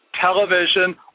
television